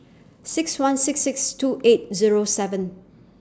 six one six six two eight Zero seven